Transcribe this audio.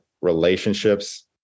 relationships